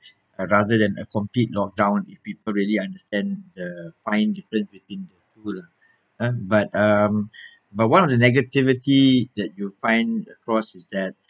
rather than a complete lock down if people really understand the fine difference between the two lah uh but um but one of the negativity that you'd find across is that